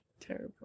Terrible